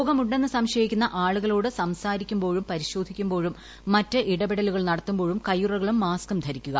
രോഗമുണ്ടെന്ന് സംശയിക്കുന്ന ആളുകളോട് സംസാരിക്കുമ്പോഴും പരിശോധിക്കുമ്പോഴും മറ്റു ഇടപഴകലുകൾ നടത്തുമ്പോഴും കയ്യുറകളും മാസ്കും ധരിക്കുക